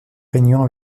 régnant